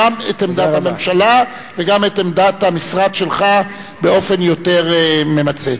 גם את עמדת הממשלה וגם את עמדת המשרד שלך באופן יותר ממצה.